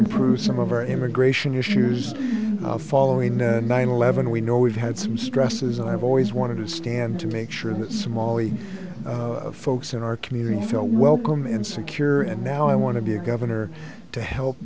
improve some of our immigration issues following nine eleven we know we've had some stresses and i've always wanted to stand to make sure that small folks in our community feel welcome and secure and now i want to be a governor to help